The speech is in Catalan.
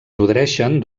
nodreixen